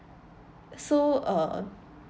so uh